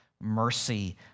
mercy